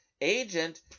agent